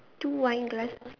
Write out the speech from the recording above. two wine glasses